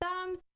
Thumbs